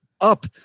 up